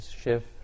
shift